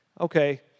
okay